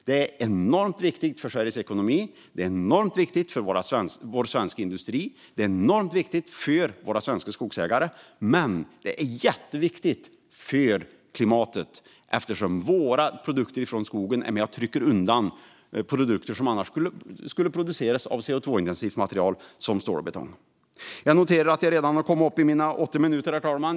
Det är enormt viktigt för Sveriges ekonomi, det är enormt viktigt för vår svenska industri och det är enormt viktigt för våra svenska skogsägare, men det är jätteviktigt för klimatet eftersom våra produkter från skogen är med och trycker undan produkter som annars skulle produceras av CO2-intensivt material som stål och betong. Jag noterar att jag redan har kommit upp i mina åtta minuter, herr talman.